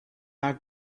not